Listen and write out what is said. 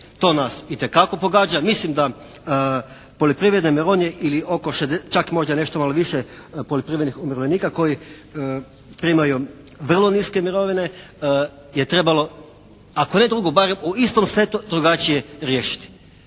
To nas itekako pogađa. Mislim da poljoprivredne mirovine ili oko čak možda nešto malo više poljoprivrednih umirovljenika koji primaju vrlo niske mirovine je trebalo ako ne drugo, barem u istom setu drugačije riješiti.